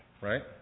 right